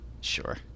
Sure